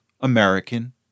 American